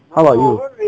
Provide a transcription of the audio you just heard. how about you